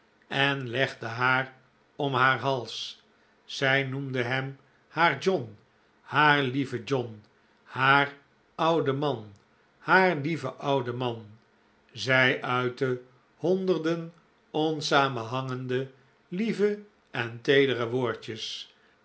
en legde haar om haar hals zij noemde hem haar john haar lieve john haar oude man haar lieve oude man zij uitte honderden onsamenhangende lieve en teedere woordjes